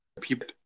people